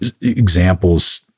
examples